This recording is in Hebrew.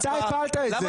אתה הפלת את זה.